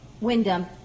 Wyndham